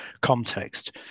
context